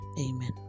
Amen